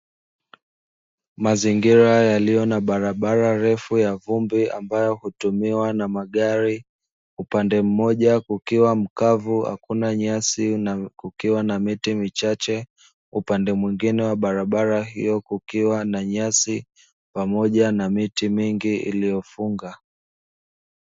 Mazingira yaliyo na barabara refu ya vumbi ambayo hutumiwa na magari, upande mmoja kukiwa mkavu, hakuna nyasi kukiwa na miti michache, upande mwingine wa barabara hiyo kukiwa na nyasi pamoja na miti mingi iliyofunga.